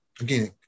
again